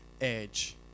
edge